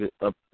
up